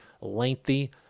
lengthy